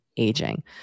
aging